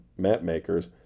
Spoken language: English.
mapmakers